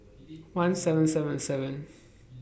one seven seven seven